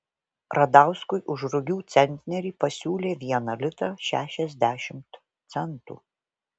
radauskui už rugių centnerį pasiūlė vieną litą šešiasdešimt centų